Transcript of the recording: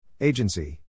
Agency